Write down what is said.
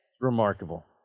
remarkable